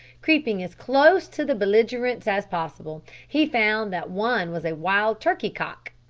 creeping as close to the belligerents as possible, he found that one was a wild turkey-cock,